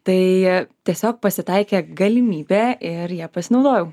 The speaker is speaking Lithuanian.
tai tiesiog pasitaikė galimybė ir ja pasinaudojau